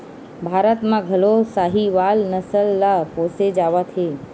भारत म घलो साहीवाल नसल ल पोसे जावत हे